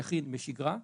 יכין בשגרה,